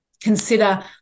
consider